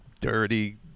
dirty